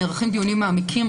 נערכים דיונים מעמיקים,